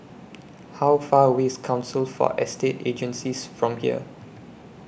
How Far away IS Council For Estate Agencies from here